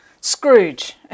Scrooge